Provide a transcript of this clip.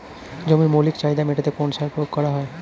জমির মৌলিক চাহিদা মেটাতে কোন সার প্রয়োগ করা হয়?